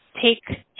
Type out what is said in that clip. take